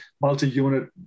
multi-unit